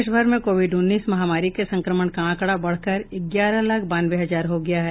देश भर में कोविड उन्नीस महामारी से संक्रमण का आंकड़ा बढ़कर ग्यारह लाख बानवे हजार हो गया है